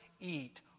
eat